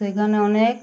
সেখানে অনেক